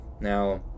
Now